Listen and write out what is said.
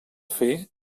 fer